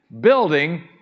Building